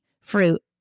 fruit